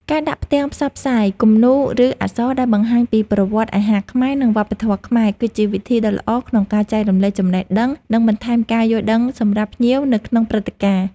ការដាក់ផ្ទាំងផ្សព្វផ្សាយ, គំនូរ ឬអក្សរដែលបង្ហាញពីប្រវត្តិអាហារខ្មែរ និងវប្បធម៌ខ្មែរគឺជាវិធីដ៏ល្អក្នុងការចែករំលែកចំណេះដឹង និងបន្ថែមការយល់ដឹងសម្រាប់ភ្ញៀវនៅក្នុងព្រឹត្តិការណ៍។